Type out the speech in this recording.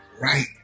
right